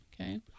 okay